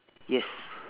yes